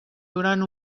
durant